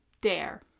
dare